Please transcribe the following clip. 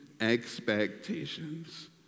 Expectations